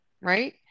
right